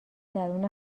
درون